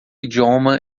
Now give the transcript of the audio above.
idioma